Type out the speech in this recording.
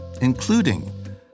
including